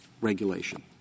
regulation